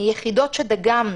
מיחידות שדגמנו,